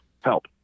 help